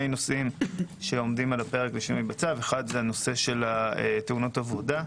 נושאים שעומדים על הפרק לשינויים בצו: אחד זה נושא תאונות עבודה.